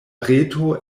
reto